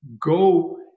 go